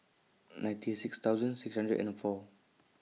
ninety six thousand six hundred and four